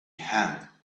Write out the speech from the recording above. hand